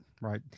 right